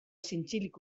zintzilik